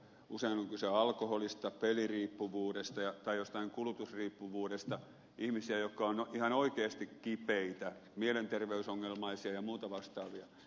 usein on kyse alkoholista peliriippuvuudesta tai jostain kulutusriippuvuudesta ihmisistä jotka ovat ihan oikeasti kipeitä mielenterveysongelmaisia ja muita vastaavia